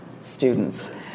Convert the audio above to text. students